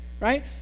right